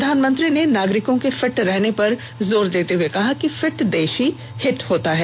प्रधानमंत्री ने नागरिकों के फिट रहने पर जोर देते हुए कहा कि फिट देश ही हिट होता है